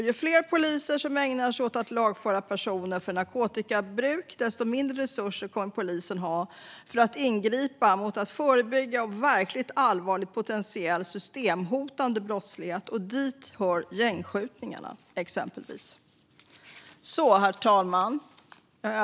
Ju fler poliser som ägnar sig åt att lagföra personer för narkotikabruk, desto mindre resurser kommer polisen att ha för att ingripa mot och förebygga verkligt allvarlig och potentiellt systemhotande brottslighet. Dit hör exempelvis gängskjutningarna. Herr talman!